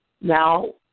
Now